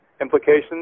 implications